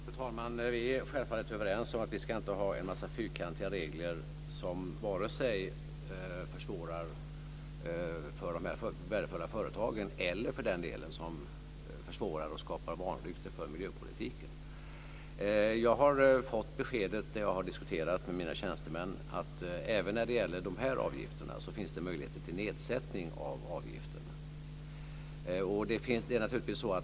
Fru talman! Vi är självfallet överens om att vi inte ska ha en massa fyrkantiga regler som vare sig försvårar för de här värdefulla företagen eller, för den delen, som försvårar och skapar vanrykte för miljöpolitiken. Jag har fått beskedet när jag har diskuterat med mina tjänstemän att det finns möjligheter till nedsättning även när det gäller de här avgifterna.